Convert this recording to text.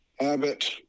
Abbott